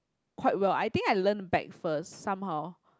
quite well I think I learn back first somehow